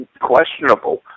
questionable